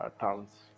towns